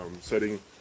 setting